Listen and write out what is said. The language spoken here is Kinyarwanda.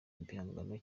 igihangano